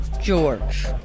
George